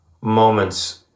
moments